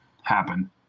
happen